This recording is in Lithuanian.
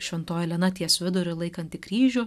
šventoji elena ties viduriu laikanti kryžių